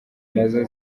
nazo